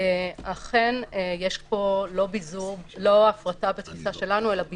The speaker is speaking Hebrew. אכן יש פה לא הפרטה בתפיסה שלנו אלא ביזור.